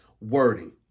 wording